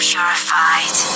Purified